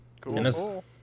Cool